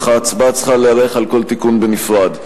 אך ההצבעה צריכה להיערך על כל תיקון בנפרד.